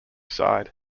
side